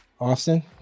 Austin